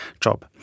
job